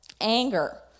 anger